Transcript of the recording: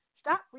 Stop